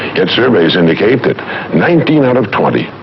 yet surveys indicate that nineteen out of twenty,